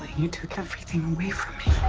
ah you took everything away from me.